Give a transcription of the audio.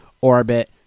orbit